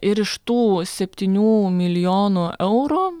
ir iš tų septynių milijonų eurų